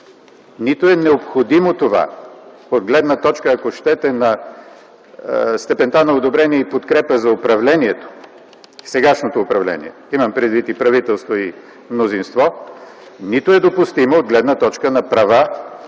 нито е необходимо, от гледна точка, ако щете, на степента на одобрение и подкрепа за сегашното управление - имам предвид и правителство, и мнозинство, нито е допустимо от гледна точка и на права